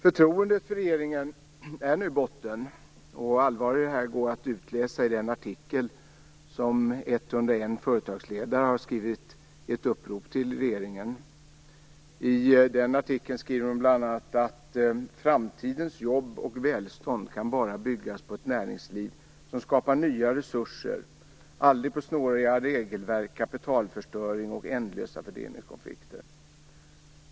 Förtroendet för regeringen är nu i botten. Allvaret i detta går att utläsa i den artikel som 101 företagsledare skrivit i ett upprop till regeringen. I artikeln skriver de bl.a. att framtidens jobb och välstånd bara kan byggas på ett näringsliv som skapar nya resurser, aldrig på snåriga regelverk, kapitalförstöring och ändlösa fördelningskonflikter.